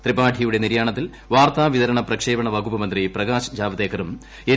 ത്രിപാഠിയുടെ നിര്യാണത്തിൽ വാർത്താവിതരണ പ്രക്ഷേപണ വകുപ്പ് മന്ത്രി പ്രകാശ് ജാവ്ദേക്കറും എൻ